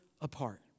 apart